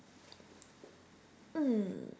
mm